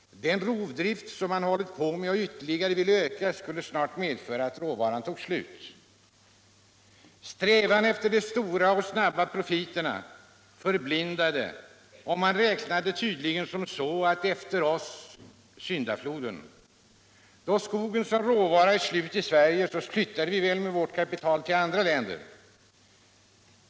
Den rovdrift som de ägnat sig åt och ytterligare ville öka skulle snart medföra att råvaran tog slut. Strävan efter de stora och snabba profiterna förblindade, och man räknade tydligen som så: ”Efter oss syndafloden! Då skogen som råvara är slut i Sverige flyttar vi väl med vårt kapital till andra länder.